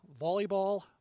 volleyball